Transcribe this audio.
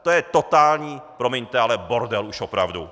To je totální, promiňte, ale bordel už opravdu!